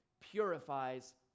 purifies